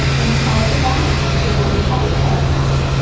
inside of that is where you have your paragraph.